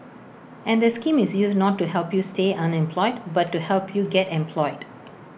and the scheme is used not to help you stay unemployed but to help you get employed